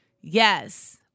Yes